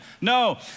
No